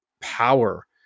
power